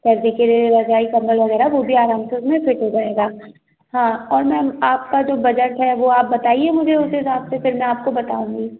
के लिए रज़ाई कंबल वगैरह वह भी आराम से उसमें फिट हो जाएगा हाँ और मैम आपका जो बजट है वह आप बताइए मुझे उस हिसाब से फ़िर मैं आपको बताऊँगी